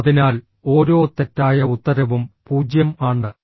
അതിനാൽ ഓരോ തെറ്റായ ഉത്തരവും 0 ആണ്